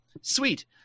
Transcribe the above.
sweet